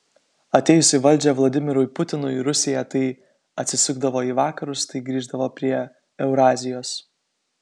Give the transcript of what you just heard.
atėjus į valdžią vladimirui putinui rusija tai atsisukdavo į vakarus tai grįždavo prie eurazijos